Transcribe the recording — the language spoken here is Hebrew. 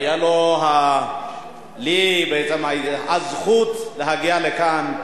והיתה לי הזכות להגיע לכאן,